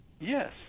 yes